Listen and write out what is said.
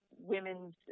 women's